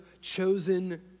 chosen